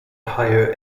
higher